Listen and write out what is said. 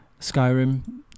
Skyrim